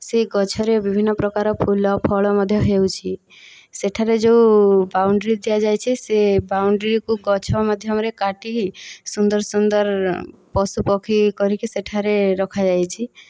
ସେହି ଗଛରେ ବିଭିନ୍ନ ପ୍ରକାର ଫୁଲଫଳ ମଧ୍ୟ ହେଉଛି ସେଠାରେ ଯେଉଁ ବାଉଣ୍ଡରୀ ଦିଆଯାଇଛି ସେ ବାଉଣ୍ଡରୀକୁ ଗଛ ମଧ୍ୟରେ କାଟିକି ସୁନ୍ଦର ସୁନ୍ଦର ପଶୁ ପକ୍ଷୀ କରିକି ସେଠାରେ ରଖା ଯାଇଛି